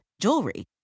jewelry